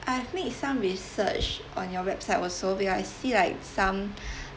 I have made some research on your website also where I see like some